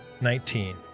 nineteen